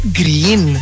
green